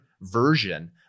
version